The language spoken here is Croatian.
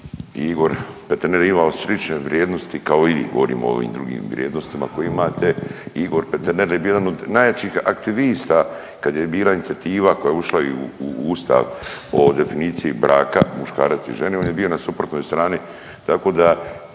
Igor Peternel je imao slične vrijednosti kao i vi, govorim o ovim drugim vrijednostima koje imate. Igor Peternel je bio jedan od najjačih aktivista kad je bila inicijativa koja je ušla i u, u Ustav o definiciji braka muškarac i žene, on je bio na suprotnoj strani